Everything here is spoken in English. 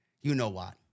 you-know-what